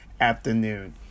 afternoon